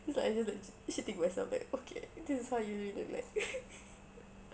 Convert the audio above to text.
it's like it's like cheating myself like okay this how you usually look like